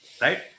Right